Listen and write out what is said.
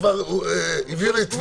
כבר הביאו לי את טבריה.